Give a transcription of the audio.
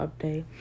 update